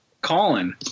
Colin